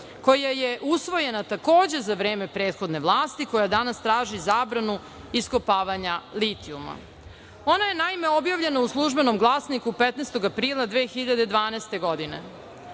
koja je usvojena takođe za vreme prethodne vlasti koja danas traži zabranu iskopavanja litijuma. Ona je naime, objavljena u „Službenom glasniku“ 15. aprila 2012. godine